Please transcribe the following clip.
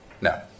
No